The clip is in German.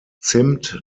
zimt